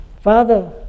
Father